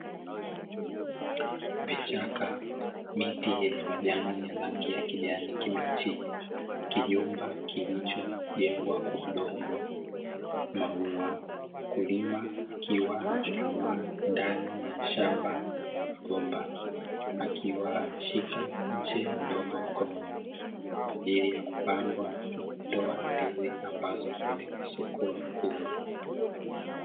Vichaka, miti yenye majani yenye rangi ya kijani kibichi, kijumba kilichojengwa kwa udongo, maua, mkulima akiwa amechuchumaa ndani ya shamba la migomba akiwa ameshika mche mdogo mkononi kwa ajili ya kupandwa na kutoa ndizi ambazo hupelekwa sokoni kuuzwa.